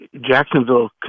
Jacksonville